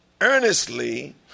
earnestly